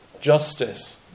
justice